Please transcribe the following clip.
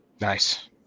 Nice